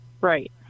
Right